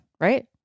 right